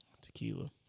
Tequila